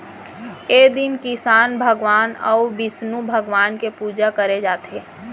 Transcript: ए दिन किसन भगवान अउ बिस्नु भगवान के पूजा करे जाथे